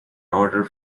order